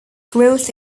growth